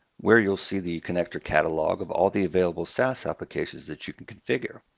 where you'll see the connector catalog of all the available saas applications that you can configure.